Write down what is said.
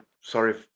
sorry